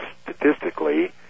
statistically